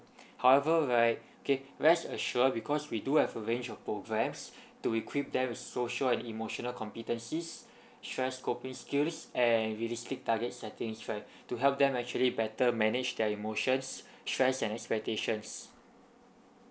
however right okay very assure because we do have a range of programs to equip them with social and emotional competencies stress coping skills and realistic target setting right to help them actually better manage their emotions stress and expectations